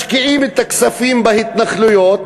משקיעים את הכספים בהתנחלויות,